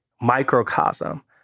microcosm